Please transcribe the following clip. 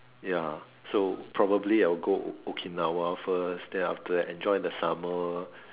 ya so probably I will go Okinawa first then after that enjoy the summer